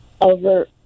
over